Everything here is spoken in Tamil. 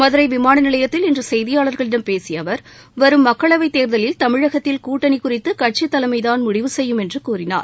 மதுரை விமானநிலையத்தில் இன்று செய்தியாளர்களிடம் பேசிய அவர் வரும் மக்களவைத்தேர்தலில் தமிழகத்தில் கூட்டணி குறித்து கட்சி தலைமைதான் முடிவுசெய்யும் என்று கூறினார்